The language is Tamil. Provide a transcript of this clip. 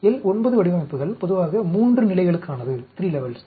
L 9 வடிவமைப்புகள் பொதுவாக 3 நிலைகளுக்கானது 1 0 1